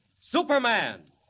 Superman